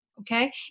Okay